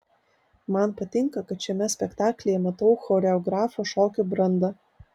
man patinka kad šiame spektaklyje matau choreografo šokio brandą